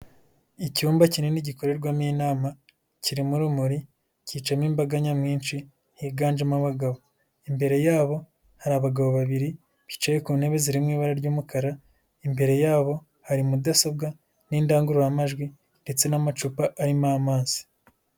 Icyumba kinini gikorerwamo inama kirimo urumuri, cyicamo imbaga nyamwinshi, higanjemo abagabo. Imbere yabo hari abagabo babiri bicaye ku ntebe zirimo ibara ry'umukara, imbere yabo hari mudasobwa n'indangururamajwi ndetse n'amacupa arimo amazi.